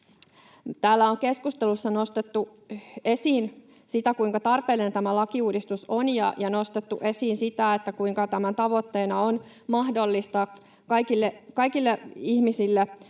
Täällä on keskustelussa nostettu esiin sitä, kuinka tarpeellinen tämä lakiuudistus on, ja nostettu esiin sitä, kuinka tämän tavoitteena on mahdollistaa kaikille ihmisille